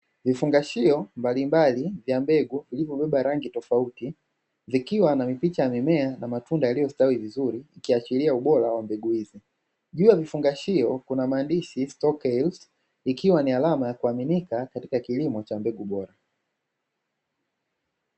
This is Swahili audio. Vifungashio mbalimbali vya mbegu vilivo beba rangi tofauti ikiwa na picha ya mimea iliyostawi vizuri juu ya kifungashio kuna maandishi stokiliz ikiwa ni alama ya kuaminika katika kilimo cha mbegu bora